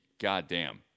goddamn